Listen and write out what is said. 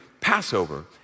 Passover